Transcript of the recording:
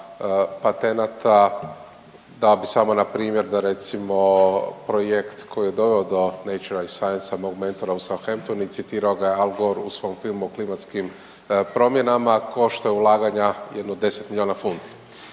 patenata da bi samo npr. da recimo projekt koji je doveo do Natural sciencs-a mog mentora u Southempton i citirao ga Al Gore u svom filmu o klimatskim promjenama košta ulaganja jedno 10 milijuna funti.